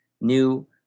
new